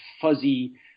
fuzzy